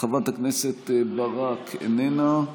חברת הכנסת ברק, איננה,